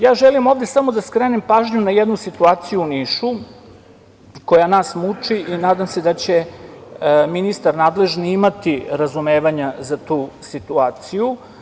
Ja želim ovde samo da skrenem pažnju na jednu situaciju u Nišu koja nas muči i nadam se da će nadležni ministar imati razumevanja za tu situaciju.